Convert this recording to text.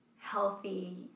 healthy